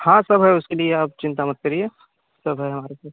हाँ सब है उसके लिए आप चिंता मत करिए सब है यहाँ पर